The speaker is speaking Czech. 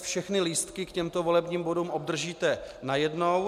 Všechny lístky k těmto volebním bodům obdržíte najednou.